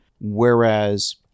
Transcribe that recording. Whereas